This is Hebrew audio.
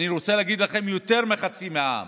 אני רוצה להגיד לכם, יותר מחצי העם.